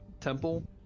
temple